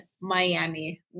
Miami